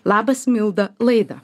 labas milda laidą